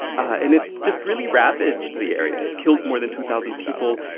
and it just really ravaged the area. it killed more than two thousand people.